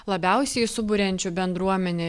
labiausiai suburiančiu bendruomenę